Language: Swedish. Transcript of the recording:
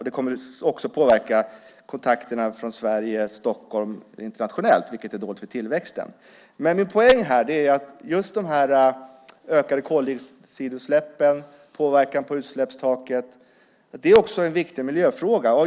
Det kommer att påverka Stockholms och Sveriges internationella kontakter, vilket är dåligt för tillväxten. Min poäng är att de ökade koldioxidutsläppen och påverkan på utsläppstaket är en viktig miljöfråga.